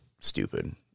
stupid